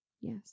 yes